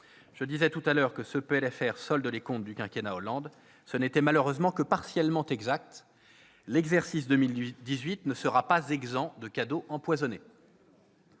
de finances rectificative solde les comptes du quinquennat Hollande, ce n'était malheureusement que partiellement exact : l'exercice 2018 ne sera pas exempt de cadeaux empoisonnés.